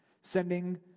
Sending